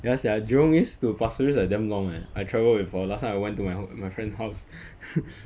ya sia jurong east to pasir ris like damn long eh I travel before last time I went to my ho~ my friend house